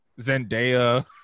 Zendaya